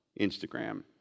Instagram